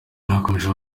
akomeje